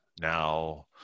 Now